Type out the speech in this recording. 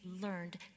learned